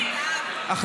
לא,